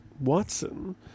Watson